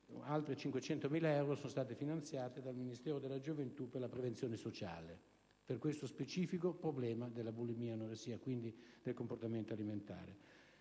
altri 500.000 euro sono stati finanziati dal Ministro della gioventù per la prevenzione sociale di questo specifico problema della bulimia e dell'anoressia, quindi del comportamento alimentare.